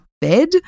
bed